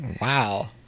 Wow